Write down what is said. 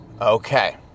Okay